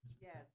Yes